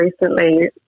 recently